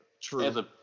True